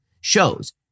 shows